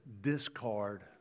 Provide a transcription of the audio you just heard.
discard